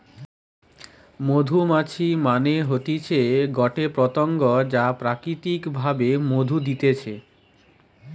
মধুমাছি মানে হতিছে গটে পতঙ্গ যা প্রাকৃতিক ভাবে মধু দিতেছে